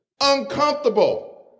Uncomfortable